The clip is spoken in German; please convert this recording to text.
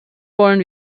wollen